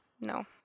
No